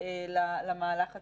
למהלך הצבאי,